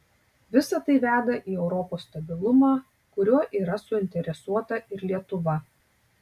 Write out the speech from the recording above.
visa tai veda į europos stabilumą kuriuo yra suinteresuota ir lietuva